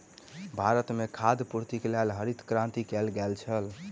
भारत में खाद्य पूर्तिक लेल हरित क्रांति कयल गेल छल